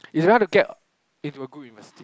it's very hard to get into a good University